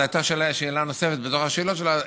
זו הייתה שאלה נוספת בתוך השאלות שלו,